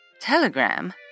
Telegram